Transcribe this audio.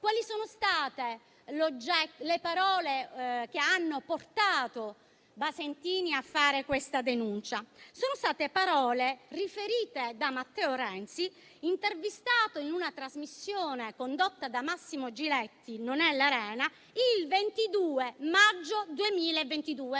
Quali sono state le parole che hanno portato Basentini a fare questa denuncia? Sono state le parole proferite da Matteo Renzi, intervistato in una trasmissione condotta da Massimo Giletti, "Non è l'Arena", il 22 maggio 2022